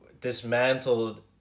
dismantled